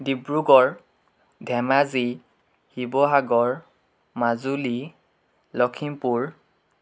Dibrugarh Dhemaji Sivasagar Majuli Lakhimpur